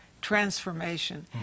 transformation